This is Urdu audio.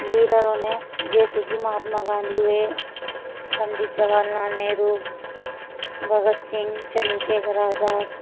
لیڈروں نے جیسے کہ مہاتما گاندھی ہوئے پنڈت جواہر لال نہرو بھگت سنگھ چندر شیخر آزاد